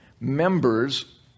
members